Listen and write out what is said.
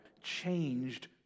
changed